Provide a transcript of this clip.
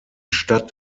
stadt